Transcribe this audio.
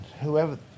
whoever